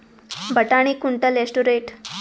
ಬಟಾಣಿ ಕುಂಟಲ ಎಷ್ಟು ರೇಟ್?